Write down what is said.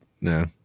no